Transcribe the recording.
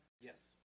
Yes